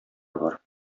бар